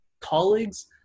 colleagues